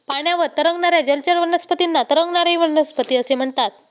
पाण्यावर तरंगणाऱ्या जलचर वनस्पतींना तरंगणारी वनस्पती असे म्हणतात